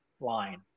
line